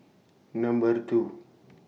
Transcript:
Number two